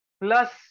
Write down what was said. plus